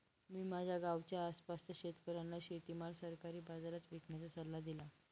मी माझ्या गावाच्या आसपासच्या शेतकऱ्यांना शेतीमाल सरकारी बाजारात विकण्याचा सल्ला दिला